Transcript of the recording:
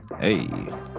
Hey